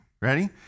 Ready